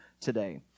today